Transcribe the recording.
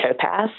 towpath